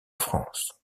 france